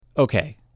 okay